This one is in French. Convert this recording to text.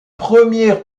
premier